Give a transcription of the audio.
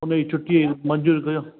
उनजी छुटी मंज़ूर कयो